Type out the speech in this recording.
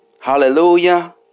Hallelujah